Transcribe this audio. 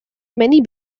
many